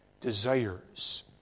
desires